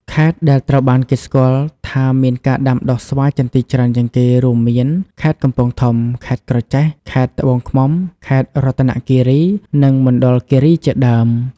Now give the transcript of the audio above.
ខេត្តដែលត្រូវបានគេស្គាល់ថាមានការដាំដុះស្វាយចន្ទីច្រើនជាងគេ រួមមានខេត្តកំពង់ធំ ខេត្តក្រចេះ ខេត្តត្បូងឃ្មុំ ខេត្តរតនគិរី និងមណ្ឌលគិរីជាដើម។